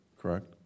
correct